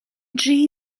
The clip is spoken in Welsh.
dri